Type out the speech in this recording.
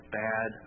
bad